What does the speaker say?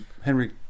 Henry